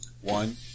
One